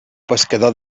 pescador